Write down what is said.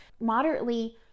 moderately